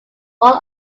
all